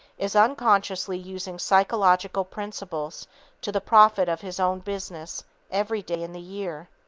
is unconsciously using psychological principles to the profit of his own business every day in the year.